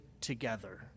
together